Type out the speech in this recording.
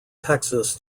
texas